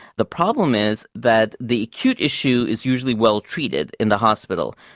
the problem is that the acute issue is usually well treated in the hospital,